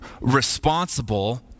responsible